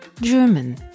German